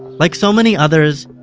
like so many others,